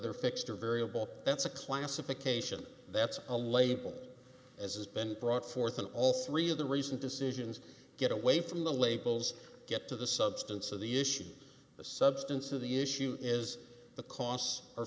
they're fixed or variable that's a classification that's a label as has been brought forth in all three of the recent decisions get away from the labels get to the substance of the issue the substance of the issue is the costs are